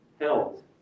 held